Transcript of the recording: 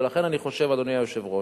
ולכן אני חושב, אדוני היושב-ראש,